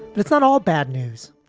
but it's not all bad news.